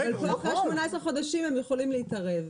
תוך 18 חודשים הם יכולים להתערב.